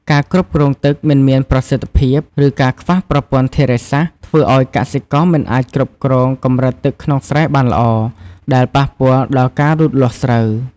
ការគ្រប់គ្រងទឹកមិនមានប្រសិទ្ធភាព ឬការខ្វះប្រព័ន្ធធារាសាស្រ្ត ធ្វើឲ្យកសិករមិនអាចគ្រប់គ្រងកម្រិតទឹកក្នុងស្រែបានល្អ ដែលប៉ះពាល់ដល់ការលូតលាស់ស្រូវ។